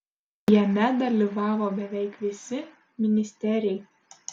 jame dalyvavo beveik visi ministeriai